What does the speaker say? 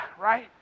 right